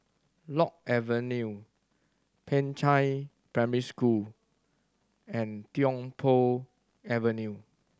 Lock Avenue Peicai Secondary School and Tiong Poh Avenue